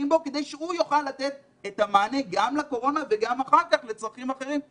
כדי שהוא יוכל לתת את המענה גם לקורונה וגם אחר כך לצרכים אחרים,